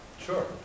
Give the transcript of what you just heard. Sure